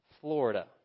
Florida